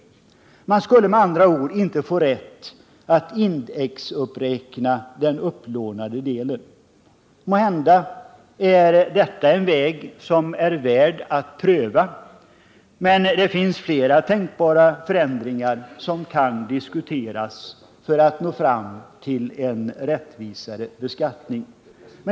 Man skulle med andra ord inte få rätt att indexuppräkna den upplånade delen. Måhända är detta en väg som är värd att pröva, men det finns flera tänkbara förändringar som kan diskuteras för att nå fram till en rättvisare beskattning.